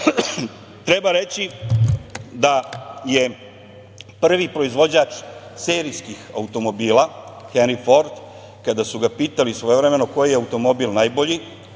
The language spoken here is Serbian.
treba reći da je prvi proizvođač serijskih automobila Henri Ford kada su ga pitali svojevremeno koji je automobil najbolji,